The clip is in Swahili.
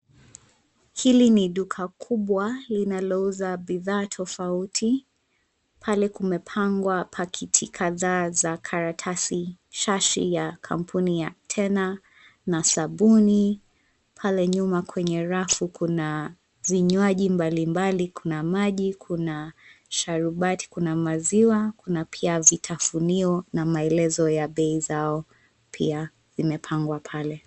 Hili ni duka kubwa linalouza bidhaa tofauti, pale kumepangwa pakiti kadhaa za karatasi, shashi ya kampuni ya Tena, na sabuni. Pale nyuma kwenye rafu kuna vinywaji mbalimbali, kuna maji, kuna sharubati, kuna maziwa, kuna pia vitafunio na maelezo ya bei zao pia zimepangwa pale.